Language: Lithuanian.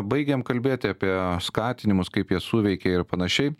baigėm kalbėti apie skatinimus kaip jie suveikė ir panašiai